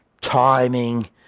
timing